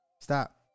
Stop